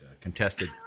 contested